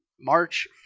March